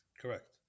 correct